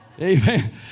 Amen